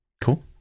Cool